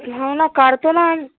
हाव ना काढतो नान